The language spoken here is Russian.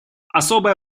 особое